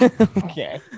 Okay